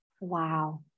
Wow